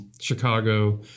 Chicago